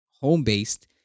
home-based